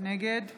נגד